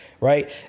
Right